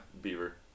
beaver